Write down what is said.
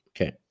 Okay